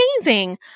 amazing